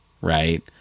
right